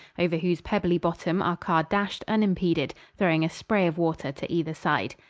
over whose pebbly bottom our car dashed unimpeded, throwing a spray of water to either side.